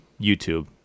YouTube